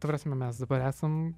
ta prasme mes dabar esam